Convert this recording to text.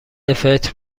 فطر